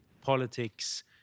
politics